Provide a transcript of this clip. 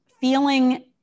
feeling